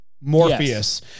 morpheus